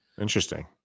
Interesting